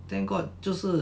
thank god 就是